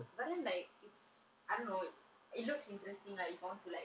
but then like it's I don't know it looks interesting like if I want to like